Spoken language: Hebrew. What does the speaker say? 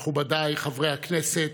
מכובדיי חברי הכנסת,